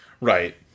Right